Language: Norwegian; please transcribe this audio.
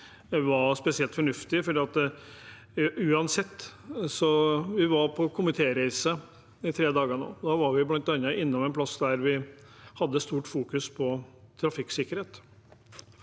var spesielt fornuftig. Vi var på komitéreise i tre dager. Da var vi bl.a. innom en plass der vi hadde stort fokus på trafikksikkerhet,